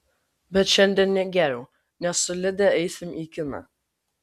bet šiandien negėriau nes su lide eisime į kiną